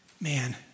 man